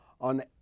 on